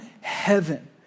heaven